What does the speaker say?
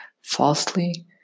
falsely